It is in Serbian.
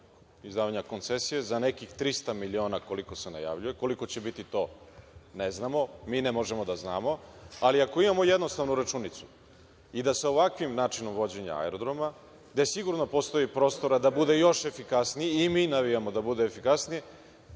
izdavanja koncesije za nekih 300 miliona koliko se najavljuje. Koliko će biti, to ne znamo. Mi ne možemo da znamo. Ako imamo jednostavnu računicu i da sa ovakvim načinom vođenja aerodroma, gde sigurno postoji prostora da budu još efikasniji, i mi navijamo da bude efikasniji,